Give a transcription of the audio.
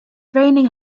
raining